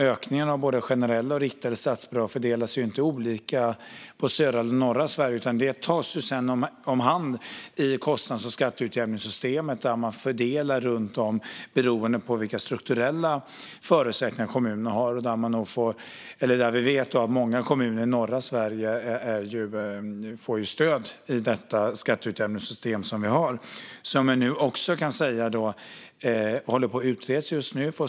Ökningarna av både generella och riktade statsbidrag fördelas inte olika mellan södra och norra Sverige, utan det tas om hand i kostnads och skatteutjämningssystemet där man fördelar resurserna beroende på vilka strukturella förutsättningar kommunerna har. Vi vet att många kommuner i norra Sverige får stöd i och med det skatteutjämningssystem vi har. Systemet håller också på att utredas just nu, kan jag säga.